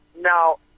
Now